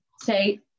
say